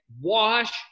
wash